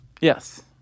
Yes